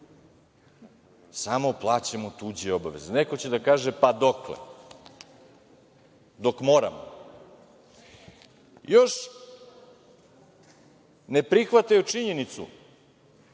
samo plaćamo tuđe obaveze. Neko će da kaže – pa, dokle? Dok moramo. Još ne prihvataju činjenicu